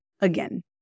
again